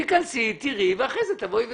תיכנסי, תראי ואחר כך תבואי ותאמרי.